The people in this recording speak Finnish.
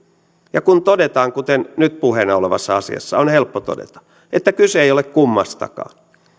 ja kun todetaan kuten nyt puheena olevassa asiassa on helppo todeta että kyse ei ole kummastakaan